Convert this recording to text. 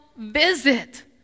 visit